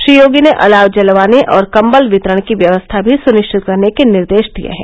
श्री योगी ने अलाव जलवाने और कंबल वितरण की व्यवस्था मी सुनिश्चित करने के निर्देश दिए हैं